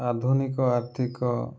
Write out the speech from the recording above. ଆଧୁନିକ ଆର୍ଥିକ